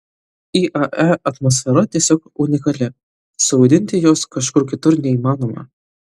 iae atmosfera tiesiog unikali suvaidinti jos kažkur kitur neįmanoma